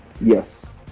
Yes